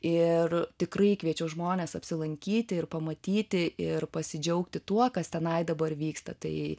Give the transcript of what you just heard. ir tikrai kviečiu žmones apsilankyti ir pamatyti ir pasidžiaugti tuo kas tenai dabar vyksta tai